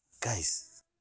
Guys